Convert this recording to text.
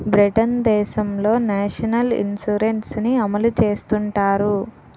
Britain దేశంలో national insurance ని అమలు చేస్తుంటారు